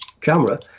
camera